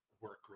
work